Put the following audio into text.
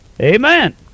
Amen